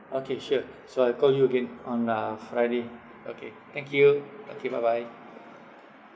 okay sure so I call you again on uh friday okay thank you okay bye bye